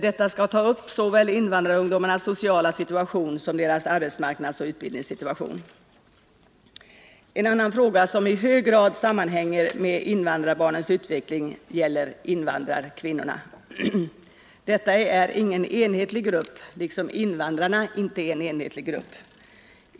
Detta skall ta upp såväl invandrarungdomarnas sociala situation som deras arbetsmarknadsoch utbildningssituation. En annan fråga som i hög grad sammanhänger med invandrarbarnens utveckling gäller invandrarkvinnorna. Dessa är ingen enhetlig grupp liksom invandrarna inte är en enhetlig grupp.